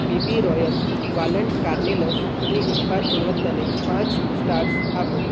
BB royal walnut કાર્નેલસની ઉત્પાદ ગુણવત્તાને પાંચ સ્ટાર્સ આપો